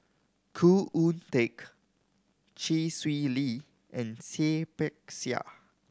Khoo Oon Teik Chee Swee Lee and Seah Peck Seah